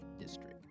District